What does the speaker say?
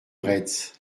retz